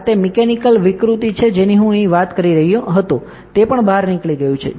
આ તે મિકેનિકલ વિકૃતિ છે જેની હું અહીં વાત કરી રહી હતી તે પણ બહાર નીકળી ગયું છે